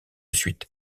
suite